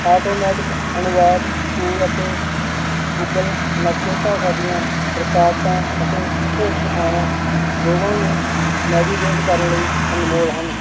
automatic ਅਨੁਵਾਦ tool ਅਤੇ Google ਨਕਸ਼ੇ ਭਾਸ਼ਾ ਦੀਆਂ ਰੁਕਾਵਟਾਂ ਅਤੇ ਭੌਤਿਕ ਥਾਵਾਂ ਦੋਵਾਂ ਨੂੰ ਨੈਵੀਗੇਟ ਕਰਨ ਲਈ ਅਨਮੋਲ ਹਨ